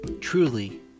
Truly